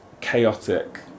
chaotic